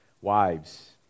wives